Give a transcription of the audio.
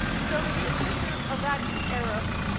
so the researchers of that era